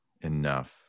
enough